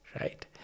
right